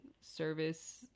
service